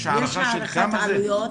כמה זה עולה?